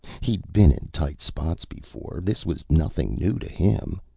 he'd been in tight spots before. this was nothing new to him.